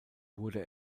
wurde